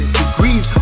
degrees